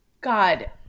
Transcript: God